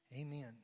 Amen